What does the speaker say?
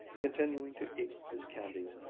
continuing to eat his candies,